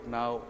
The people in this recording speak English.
now